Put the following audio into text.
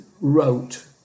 wrote